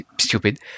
stupid